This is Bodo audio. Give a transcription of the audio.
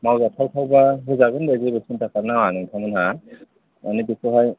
मावजाथावथावबा होजागोन दे जेबो सिन्था खालामनाङा नोंथांमोनहा मानि बेखौहाय